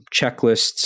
checklists